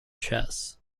chess